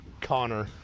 Connor